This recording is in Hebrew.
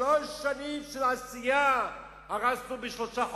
שלוש שנים של עשייה הרסנו בשלושה חודשים.